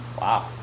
Wow